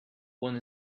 one